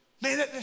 man